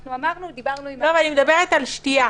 אנחנו דיברנו עם --- אני מדברת על שתייה.